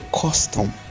custom